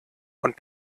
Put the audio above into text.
und